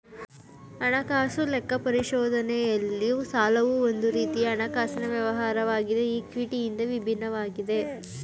ಹಣಕಾಸು ಲೆಕ್ಕ ಪರಿಶೋಧನೆಯಲ್ಲಿ ಸಾಲವು ಒಂದು ರೀತಿಯ ಹಣಕಾಸಿನ ವ್ಯವಹಾರವಾಗಿದೆ ಈ ಕ್ವಿಟಿ ಇಂದ ವಿಭಿನ್ನವಾಗಿದೆ